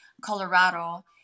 Colorado